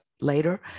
later